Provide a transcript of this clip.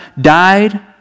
died